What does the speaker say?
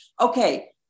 Okay